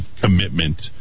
commitment